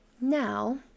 Now